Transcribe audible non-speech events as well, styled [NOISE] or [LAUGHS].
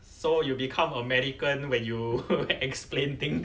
so you become american when you [LAUGHS] explain things